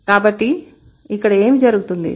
కాబట్టి ఇక్కడ ఏమి జరుగుతుంది